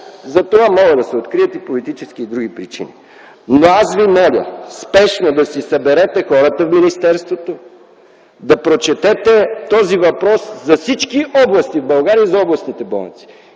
За това могат да се открият политически и други причини. Но аз Ви моля спешно да си съберете хората в министерството, да прочетете този въпрос за всички области в България и за областните болници,